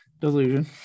Delusion